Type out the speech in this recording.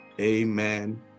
Amen